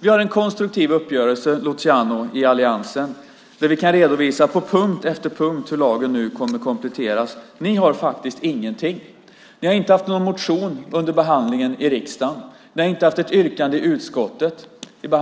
Vi har en konstruktiv uppgörelse, Luciano, i alliansen, och kan på punkt efter punkt redovisa hur lagen nu kommer att kompletteras. Ni har faktiskt ingenting. Ni har inte haft någon motion under behandlingen i riksdagen. Ni har inte haft ett yrkande i utskottet.